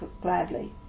gladly